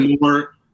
more